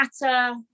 matter